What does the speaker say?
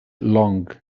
long